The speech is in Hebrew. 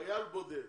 חייל בודד